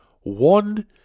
One